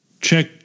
check